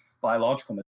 biological